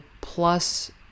plus